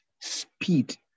speed